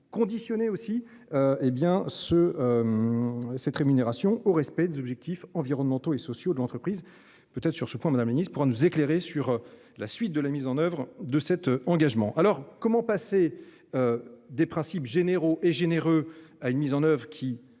conditionner aussi. Hé bien ce. Cette rémunération au respect des objectifs environnementaux et sociaux de l'entreprise peut-être sur ce point, de la Ministre pour nous éclairer sur la suite de la mise en oeuvre de cet engagement. Alors comment passer. Des principes généraux et généreux à une mise en oeuvre qui